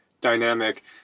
dynamic